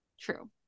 True